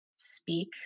Speak